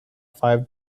five